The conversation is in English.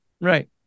Right